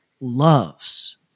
loves